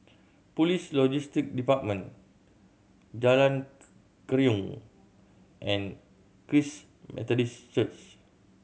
Police Logistic Department Jalan Keruing and Christ Methodist Church